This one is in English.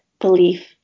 belief